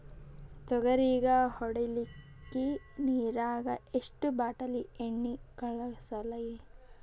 ತೊಗರಿಗ ಹೊಡಿಲಿಕ್ಕಿ ನಿರಾಗ ಎಷ್ಟ ಬಾಟಲಿ ಎಣ್ಣಿ ಕಳಸಲಿ?